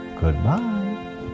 Goodbye